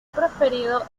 preferido